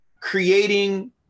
creating